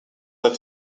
that